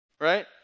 right